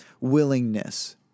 willingness